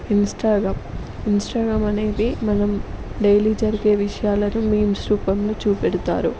Instagram Instagram అనేది మనం daily జరిగే విషయాలను మీమ్స్ రూపంలో చూపెడతారు